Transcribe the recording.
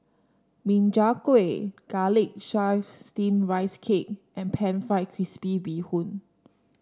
Min Chiang Kueh Garlic Chives Steamed Rice Cake and pan fried crispy Bee Hoon